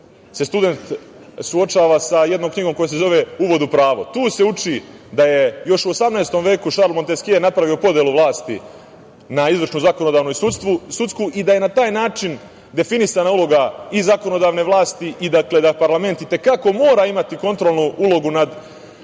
se student suočava sa jednom knjigom koja se zove Uvod u pravo. Tu se uči da je još u 18. veku Šarl Monteskje napravio podelu vlasti na izvršnu, zakonodavnu i sudsku i da je na taj način definisana uloga i zakonodavne vlasti i, dakle, da parlament i te kako mora imati kontrolnu ulogu nad sudskom